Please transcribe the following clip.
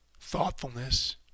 thoughtfulness